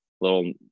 little